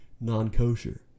non-kosher